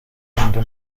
rukundo